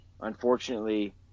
unfortunately